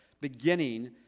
beginning